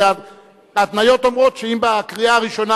כי ההתניות אומרות שאם בקריאה הראשונה